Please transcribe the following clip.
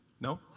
No